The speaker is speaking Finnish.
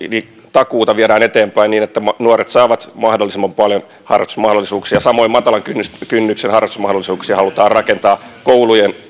takuuta viedään eteenpäin niin että nuoret saavat mahdollisimman paljon harrastusmahdollisuuksia samoin matalan kynnyksen kynnyksen harrastusmahdollisuuksia halutaan rakentaa koulujen